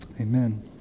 Amen